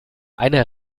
eine